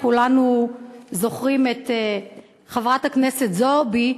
כולנו זוכרים את חברת הכנסת זועבי,